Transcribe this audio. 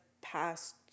past